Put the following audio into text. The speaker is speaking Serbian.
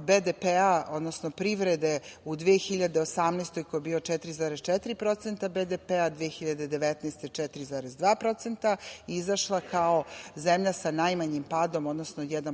BDP-a, odnosno privrede u 2018. godini, koji je bio 4,4% BDP-a, 2019. godine 4,2%, izašla kao zemlja sa najmanjim padom, odnosno 1%